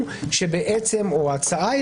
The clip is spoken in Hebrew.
שוב לפי ההצעה,